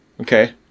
Okay